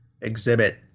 exhibit